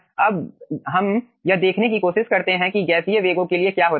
अब हम यह देखने की कोशिश करते हैं कि गैसीय वेगों के लिए क्या होता है